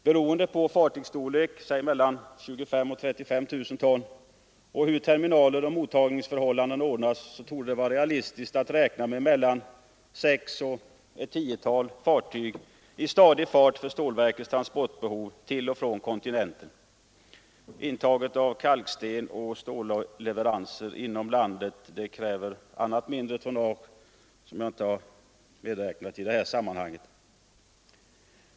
Beroende på fartygsstorlek — säg att fartygen är på mellan 25 000 och 35 000 ton — och på hur terminaler och mottagningsförhållanden ordnas torde det vara realistiskt att räkna med 6—10 fartyg i stadig fart för stålverkets transportbehov till och från kontinenten. Intaget av kalksten och stålleveranser inom landet kräver annat mindre tonnage som jag inte har medräknat i det här sammanhanget.